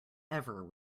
ever